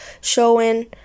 showing